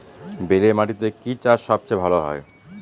বেলে মাটিতে কি চাষ সবচেয়ে ভালো হয়?